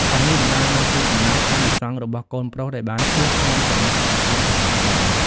ទាំងនេះបណ្តាលពីអំណាច អានិសង្សរបស់កូនប្រុសដែលបានបួសក្នុងសំណាក់ព្រះពុទ្ធសាសនា។